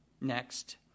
Next